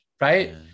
Right